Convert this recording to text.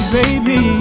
baby